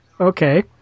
Okay